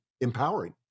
empowering